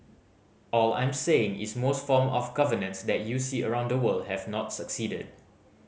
all I am saying is most form of governance that you see around the world have not succeeded